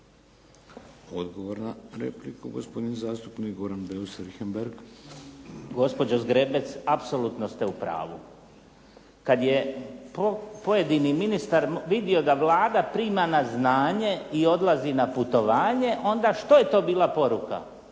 Odgovor na repliku. Gospodin zastupnik Goran Beus Richembergh. **Beus Richembergh, Goran (HNS)** Gospođo Zgrebec, apsolutno ste u pravu. Kad je pojedini ministar vidio da Vlada prima na znanje i odlazi na putovanje onda što je to bila poruka